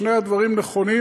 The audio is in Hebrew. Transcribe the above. שני הדברים נכונים,